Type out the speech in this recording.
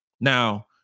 Now